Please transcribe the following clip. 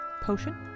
potion